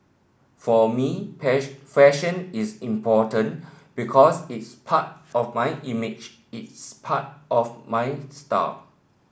for me fashion is important because it's part of my image it's part of my star